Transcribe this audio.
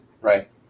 Right